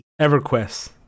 EverQuest